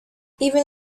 even